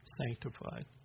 sanctified